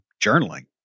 journaling